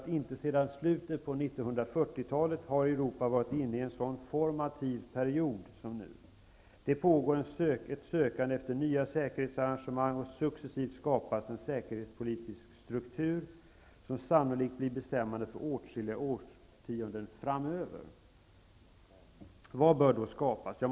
Inte sedan slutet av 1940-talet har Europa varit inne i en sådan formativ period som nu. Det pågår ett sökande efter nya säkerhetsarrangemang, och successivt skapas en säkerhetspolitisk struktur som sannolikt blir bestämmande för åtskilliga årtionden framöver. Vad är det då som bör skapas.